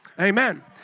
Amen